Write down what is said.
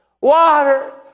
water